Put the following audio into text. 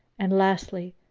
and, lastly,